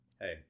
Hey